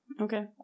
Okay